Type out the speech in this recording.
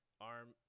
arm